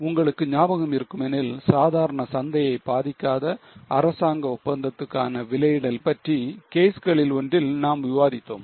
உங்களுக்கு ஞாபகம் இருக்கும் எனில் சாதாரண சந்தையை பாதிக்காத அரசாங்க ஒப்பந்தத்துக்கான விலையிடல் பற்றி கேஸ்களில் ஒன்றில் நாம் விவாதித்தோம்